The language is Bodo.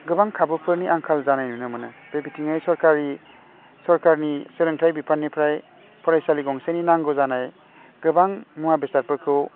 गोबां खाबुफोरनि आंखाल जानाय नुनो मोनो बे बिथिङै सरकारि सरकारनि सोलोंथाइ बिफाननिफ्राय फरायसालि गंसेनि नांगौ जानाय गोबां मुवा बेसादफोरखौ